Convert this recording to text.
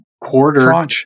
quarter